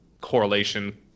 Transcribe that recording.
correlation